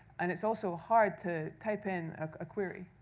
and it's also hard to type in a query.